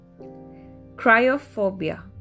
Cryophobia